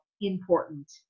important